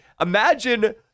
imagine